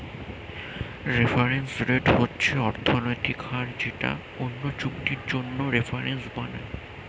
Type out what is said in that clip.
reference rate হচ্ছে অর্থনৈতিক হার যেটা অন্য চুক্তির জন্য রেফারেন্স বানায়